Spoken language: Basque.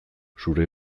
zure